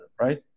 right